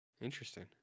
Interesting